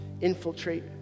infiltrate